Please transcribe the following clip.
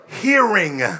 Hearing